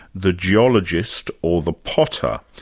the geologist or the potter?